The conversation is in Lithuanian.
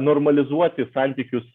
normalizuoti santykius